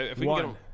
One